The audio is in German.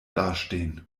dastehen